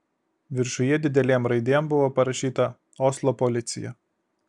viršuje didelėm raidėm buvo parašyta oslo policija